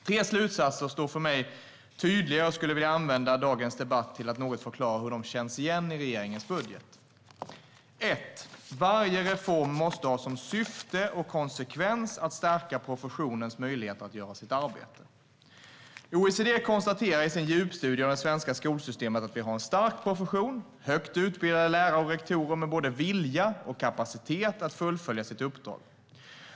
Tre slutsatser står tydliga för mig, och jag skulle vilja använda dagens debatt till att något förklara hur de känns igen i regeringens budget. För det första måste varje reform ha som syfte och konsekvens att stärka professionens möjlighet att göra sitt arbete. OECD konstaterar i sin djupstudie av det svenska skolsystemet att vi har en stark profession med högt utbildade lärare och rektorer som har både vilja och kapacitet att fullfölja sitt uppdrag.